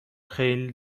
خیلی